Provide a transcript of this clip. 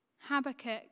Habakkuk